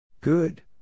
Good